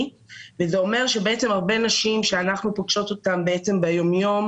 וזה אומר שהרבה הנשים שאנחנו פוגשות אותן ביום יום,